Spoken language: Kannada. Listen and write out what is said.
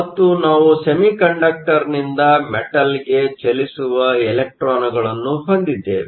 ಮತ್ತು ನಾವು ಸೆಮಿಕಂಡಕ್ಟರ್ನಿಂದ ಮೆಟಲ್ಗೆ ಚಲಿಸುವ ಇಲೆಕ್ಟ್ರಾನ್ಗಳನ್ನು ಹೊಂದಿದ್ದೇವೆ